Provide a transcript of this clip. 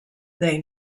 they